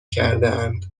کردهاند